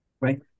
Right